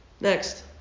Next